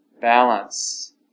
balance